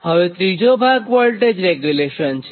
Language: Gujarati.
હવેત્રીજો ભાગવોલ્ટેજ રેગ્યુલેશન છે